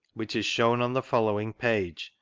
which is shewn on the following page,